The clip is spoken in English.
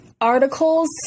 articles